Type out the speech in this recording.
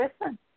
listen